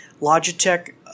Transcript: Logitech